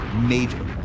Major